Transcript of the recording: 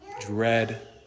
dread